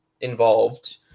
involved